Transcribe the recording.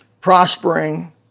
prospering